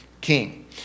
king